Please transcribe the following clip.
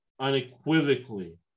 unequivocally